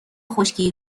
خشکی